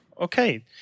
Okay